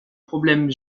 problèmes